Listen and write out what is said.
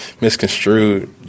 misconstrued